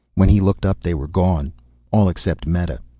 when he looked up they were gone all except meta.